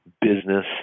business